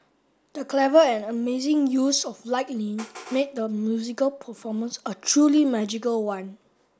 the clever and amazing use of lightning made the musical performance a truly magical one